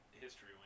History